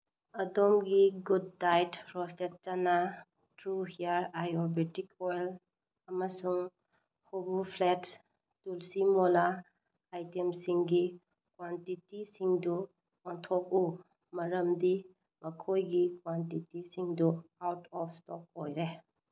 ꯑꯗꯣꯝꯒꯤ good diet ꯔꯣꯁꯇꯦꯠ ꯆꯅꯥ ꯇ꯭ꯔꯨ ꯍꯤꯌꯥꯔ ꯑꯥꯌꯨꯔꯕꯦꯗꯤꯛ ꯑꯣꯏꯜ ꯑꯃꯁꯨꯡ ꯍꯣꯕꯨ ꯐ꯭ꯂꯦꯠ ꯇꯨꯜꯁꯤ ꯃꯣꯂꯥ ꯑꯥꯏꯇꯦꯝꯁꯤꯡꯒꯤ ꯀ꯭ꯋꯥꯟꯇꯤꯇꯤꯁꯤꯡꯗꯨ ꯑꯣꯟꯊꯣꯛꯎ ꯃꯔꯝꯗꯤ ꯃꯈꯣꯏꯒꯤ ꯀ꯭ꯋꯥꯟꯇꯤꯇꯤꯁꯤꯡꯗꯨ ꯑꯥꯎꯠ ꯑꯣꯐ ꯏꯁꯇꯣꯛ ꯑꯣꯏꯔꯦ